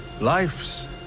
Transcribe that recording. Life's